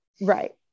right